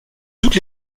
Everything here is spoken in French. toutes